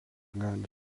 gali